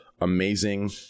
amazing